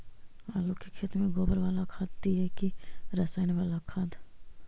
आलू के खेत में गोबर बाला खाद दियै की रसायन बाला खाद?